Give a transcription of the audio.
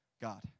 God